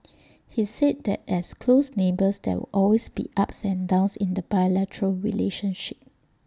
he said that as close neighbours there will always be ups and downs in the bilateral relationship